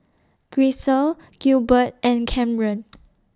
Grisel Gilbert and Camren